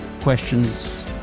questions